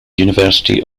university